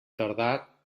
tardar